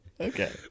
Okay